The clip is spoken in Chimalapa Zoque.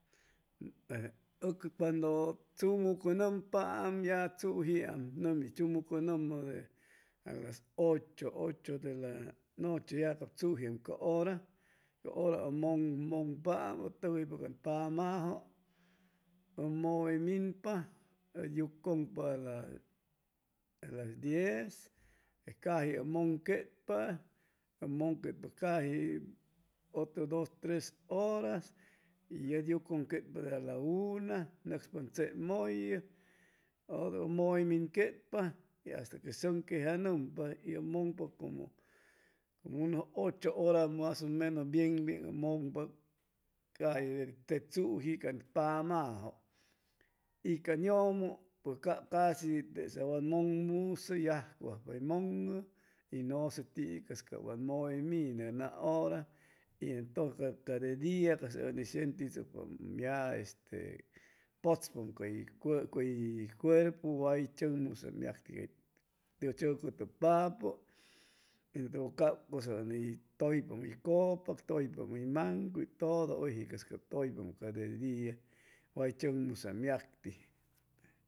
O cuando tsumucunumpaam ya tsujiam ya tsumu cunumu o las ocho ocho de la noche ya cab tsujiam cab ura ca ura u mungpa'am u tuguypaam can pamaju u muwe minpa u yucunpa a las a las diez de caji u munquetpa u munquetpa caji otro dos tres ura y u yucunquetpa de ala una nucspan tsemullu a u muwe minquetpa asta que quejanumpa y u mungpa como unos ocho ora mas o menos bien bien u mungpa caji de te tsuji ca pamaju y can yumu pues cab casi tesa wa muwe minu yajcu ajpa uy mung'u y nuse tiu cabs ca wa muwe minu na ura y entonces ca de dia sentí tsucpa ya putspay ca cuerpu ya way chucmusaam yacti cay chicutupapu entu cab cusa uni tuypa ni cupac tuypa ni mancuy tudu uyje tuypa ca de dia way chuc musaam yacti.